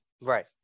right